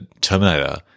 Terminator